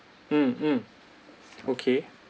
mm mm okay